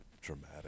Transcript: Dramatic